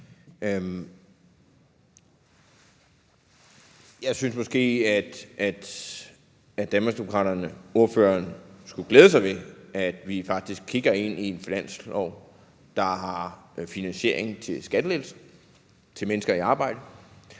Jeg synes måske, at Danmarksdemokraterne, ordføreren, skulle glæde sig over, at vi faktisk kigger ind i en finanslov, der har finansiering til en skattelettelse til mennesker i arbejde